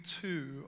two